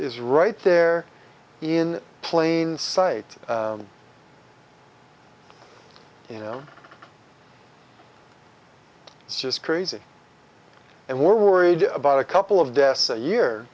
's right there in plain sight you know it's just crazy and we're worried about a couple of deaths a year